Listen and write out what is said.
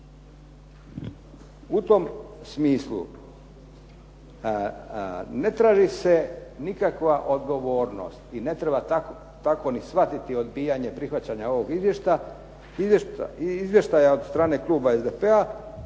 U tom smislu ne traži se nikakva odgovornost i ne treba tako ni shvatiti odbijanje prihvaćanja ovog izvješća od strane kluba SDP-a.